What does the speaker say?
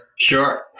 Sure